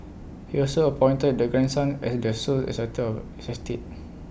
he also appointed the grandson as the sole executor